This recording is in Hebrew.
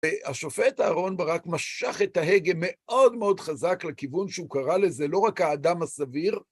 והשופט אהרן ברק משך את ההגה מאוד מאוד חזק לכיוון שהוא קרא לזה לא רק האדם הסביר,